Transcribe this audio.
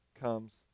comes